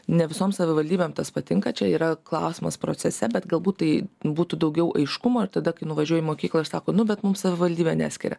ne visom savivaldybėm tas patinka čia yra klausimas procese bet galbūt tai būtų daugiau aiškumo ir tada kai nuvažiuoji į mokyklą ir sako nu bet mum savivaldybė neskiria